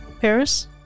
Paris